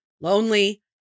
lonely